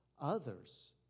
others